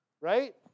Right